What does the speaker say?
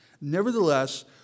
Nevertheless